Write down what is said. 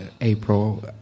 April